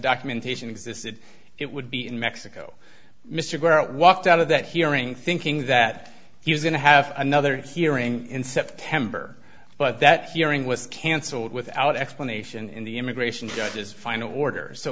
documentation existed it would be in mexico mr grant walked out of that hearing thinking that he was going to have another hearing in september but that hearing was cancelled without explanation in the immigration judges final orders so